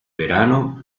verano